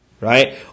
Right